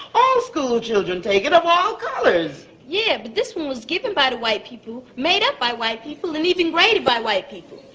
all school children take it of all colours. yeah but this one was given by the white people, made up by white people and even rated by white people.